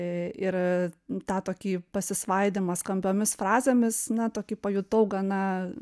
ee ir e tą tokį pasisvaidymą skambiomis frazėmis na tokį pajutau gana